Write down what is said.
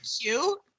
cute